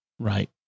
Right